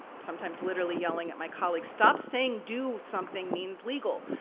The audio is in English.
sometimes literally yelling at my colleagues, stop saying do something means legal.